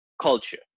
culture